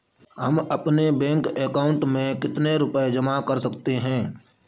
हम अपने bank account में कितने रुपये जमा कर सकते हैं?